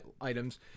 items